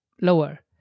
lower